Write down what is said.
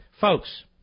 Folks